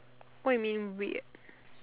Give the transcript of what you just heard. what you mean weird